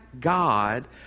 God